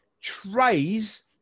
trays